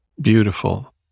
beautiful